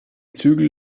zügel